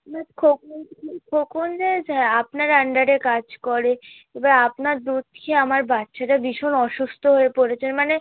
না খোকন খোকন যে আপনার আন্ডারে কাজ করে এবার আপনার দুধ খেয়ে আমার বাচ্চাটা ভীষণ অসুস্ত হয়ে পড়েছে মানে